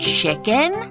chicken